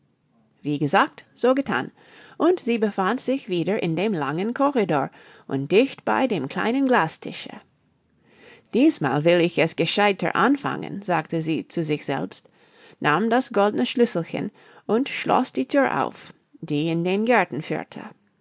wie gesagt so gethan und sie befand sich wieder in dem langen corridor und dicht bei dem kleinen glastische diesmal will ich es gescheidter anfangen sagte sie zu sich selbst nahm das goldne schlüsselchen und schloß die thür auf die in den garten führte